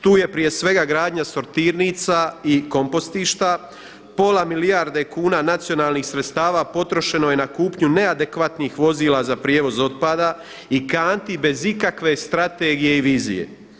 Tu je prije svega gradnja sortirnica i kompostišta, pola milijuna kuna nacionalnih sredstava potrošeno ne kupnju neadekvatnih vozila za prijevoz otpada i kanti bez ikakve strategije i vizije.